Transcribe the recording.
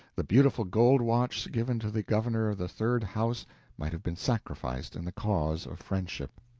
the beautiful gold watch given to the governor of the third house might have been sacrificed in the cause of friendship.